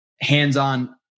hands-on